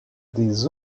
des